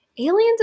Aliens